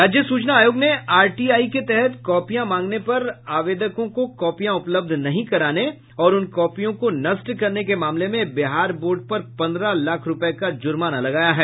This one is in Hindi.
राज्य सूचना आयोग ने आरटीआई के तहत कॉपियां मांगने पर आवेदकों को कॉपियां उपलब्ध नहीं कराने और उन कॉपियों को नष्ट करने के मामले में बिहार बोर्ड पर पन्द्रह लाख रूपये का जुर्माना लगाया है